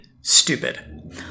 stupid